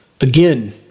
Again